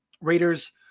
Raiders